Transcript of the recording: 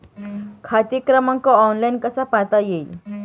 खाते क्रमांक ऑनलाइन कसा पाहता येईल?